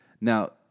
Now